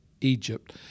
Egypt